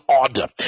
order